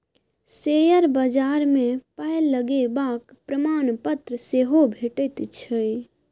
share बजार मे पाय लगेबाक प्रमाणपत्र सेहो भेटैत छै